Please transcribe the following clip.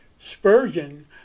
Spurgeon